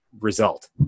result